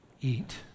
eat